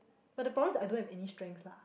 but the problem is I don't have any strengths lah